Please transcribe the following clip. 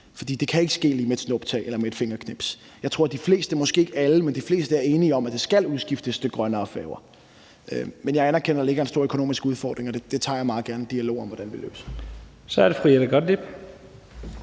at de fleste – måske ikke alle, men de fleste – er enige om, at der skal udskiftes til grønnere færger, men jeg anerkender, at der ligger en stor økonomisk udfordring i det, og det tager jeg meget gerne en dialog om hvordan vi løser.